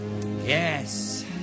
Yes